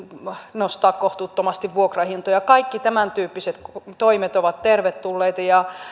nostaa kohtuuttomasti vuokrahintoja kaikki tämäntyyppiset toimet ovat tervetulleita ja